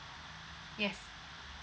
yes